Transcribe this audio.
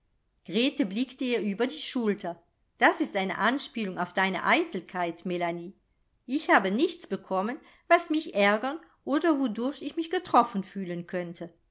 blickte ihr über die schulter das ist eine anspielung auf deine eitelkeit melanie ich habe nichts bekommen was mich ärgern oder wodurch ich mich getroffen fühlen könnte